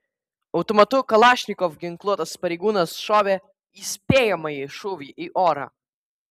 automatu kalašnikov ginkluotas pareigūnas šovė įspėjamąjį šūvį į orą